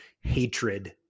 hatred